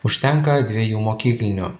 užtenka dvejų mokyklinių